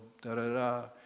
da-da-da